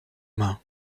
mains